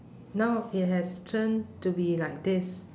now it has turned to be like this